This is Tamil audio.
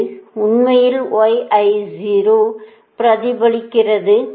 அது உண்மையில் பிரதிபலிக்கிறது